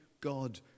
God